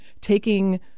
taking